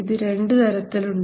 ഇത് രണ്ടുതരത്തിലുണ്ട്